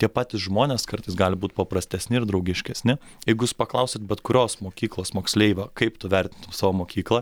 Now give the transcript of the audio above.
tie patys žmonės kartais gali būt paprastesni ir draugiškesni jeigu jūs paklausite bet kurios mokyklos moksleivio kaip tu vertintum savo mokyklą